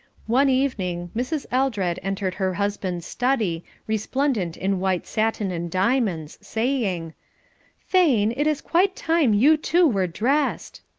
one evening mrs. eldred entered her husband's study, resplendent in white satin and diamonds, saying thane, it is quite time you too were dressed.